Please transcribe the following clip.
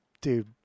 dude